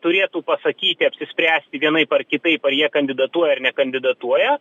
turėtų pasakyti apsispręsti vienaip ar kitaip ar jie kandidatuoja ar nekandidatuoja